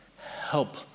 help